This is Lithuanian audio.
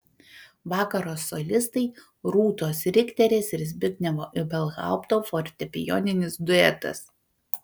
vakaro solistai rūtos rikterės ir zbignevo ibelhaupto fortepijoninis duetas